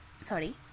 sorry